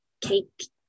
cake